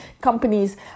companies